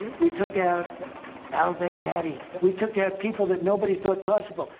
we took out al-baghdadi. we took out people that nobody thought possible.